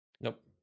Nope